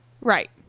right